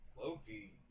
Loki